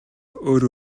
өөр